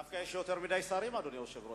דווקא יש יותר מדי שרים, אדוני היושב-ראש.